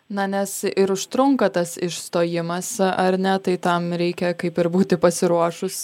na nes ir užtrunka tas išstojimas ar ne tai tam reikia kaip ir būti pasiruošus